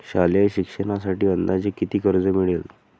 शालेय शिक्षणासाठी अंदाजे किती कर्ज मिळेल?